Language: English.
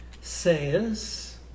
says